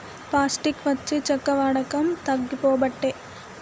plastic వచ్చి చెక్క వాడకం తగ్గిపోబట్టే